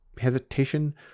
hesitation